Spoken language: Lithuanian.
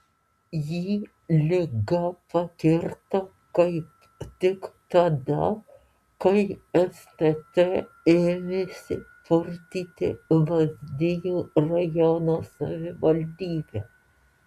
jį liga pakirto kaip tik tada kai stt ėmėsi purtyti lazdijų rajono savivaldybę